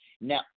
Now